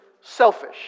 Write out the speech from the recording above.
selfish